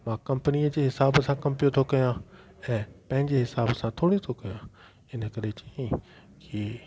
मां कंपनीअ जे हिसाब सां कमु पियो थो कयां ऐं पंहिंजे हिसाब सां थोरी थो कयां हिन करे चईं की